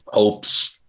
Oops